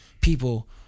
people